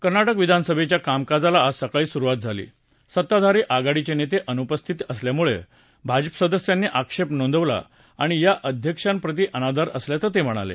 कर्नाटक विधानसभेच्या कामकाजाला आज सकाळी सुरुवात झाली सत्ताधारी आघाडीचे नेते अनुपस्थितीत असल्याबद्दल भाजपासदस्यांनी आक्षेप नोंदवला आणि हा अध्यक्षांप्रती अनादर असल्याचं ते म्हणाले